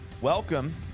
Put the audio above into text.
Welcome